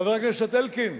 חבר הכנסת אלקין,